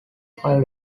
five